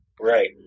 Right